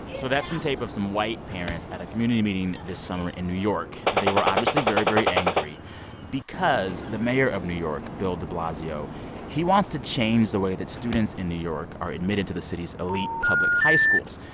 so that's some tape of some white parents at a community meeting this summer in new york. they were obviously very, very angry because the mayor of new york, bill de blasio he wants to change the way that students in new york are admitted to the city's elite public high schools.